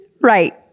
Right